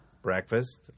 Breakfast